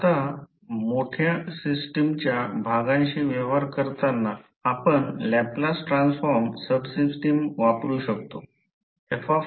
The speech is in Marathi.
आता मोठ्या सिस्टमच्या भागांशी व्यवहार करताना आपण लॅपलास ट्रान्सफॉर्म सबसिस्टम वापरू शकतो